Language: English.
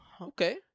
Okay